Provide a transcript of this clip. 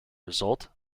result